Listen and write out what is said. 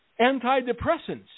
antidepressants